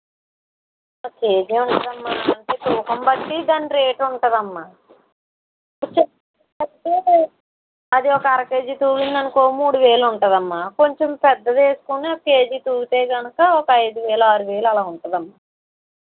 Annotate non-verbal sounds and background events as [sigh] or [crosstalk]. ఓ KG ఉంటుందమ్మ తూకం బట్టి దాని రేట్ ఉంటుందమ్మ [unintelligible] అది ఒక అర కేజీ తూగిందని అనుకో మూడు వేలు ఉంటుందమ్మ కొంచం పెద్దది వేసుకొని కేజీ తూగితే కనుక ఆరు వేలు అలా ఉంటుందమ్మ